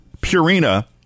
Purina